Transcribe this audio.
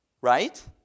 right